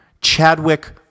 Chadwick